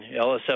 lsf